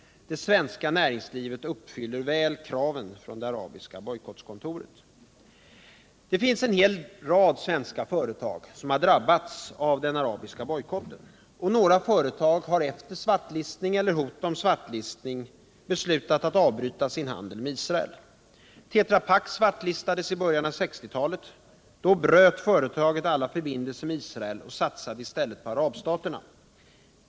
Det svenska näringslivet uppfyller väl kraven från det arabiska bojkottkontoret. Det finns en hel rad svenska företag som har drabbats av den arabiska bojkotten. Några företag har efter svartlistning eller hot om svartlistning beslutat att avbryta sin handel med Israel. Tetra Pak svartlistades i början av 1960-talet. Då bröt företaget alla förbindelser med Israel och satsade i stället på arabstaterna.